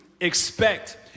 expect